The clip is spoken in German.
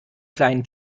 kleinen